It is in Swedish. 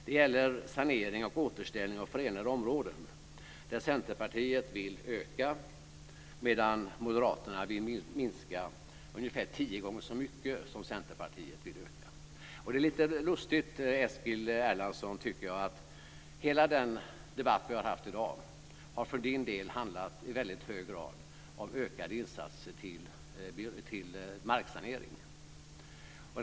Det gäller sanering och återställning av förorenade områden, där Centerpartiet vill öka medan Moderaterna vill minska ungefär tio gånger så mycket som Centerpartiet vill öka. Det är lite lustigt, Eskil Erlandsson, tycker jag, att hela den debatt vi har haft i dag för din del i väldigt hög grad har handlat om ökade insatser till marksanering.